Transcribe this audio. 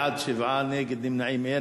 בעד, 7, נגד ונמנעים, אין.